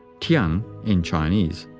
tian in chinese,